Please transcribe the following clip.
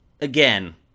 again